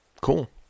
cool